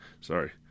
Sorry